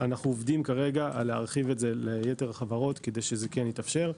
אנחנו עובדים כרגע להרחיב את זה ליתר החברות כדי שזה יתאפשר.